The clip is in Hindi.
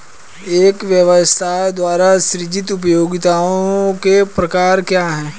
एक व्यवसाय द्वारा सृजित उपयोगिताओं के प्रकार क्या हैं?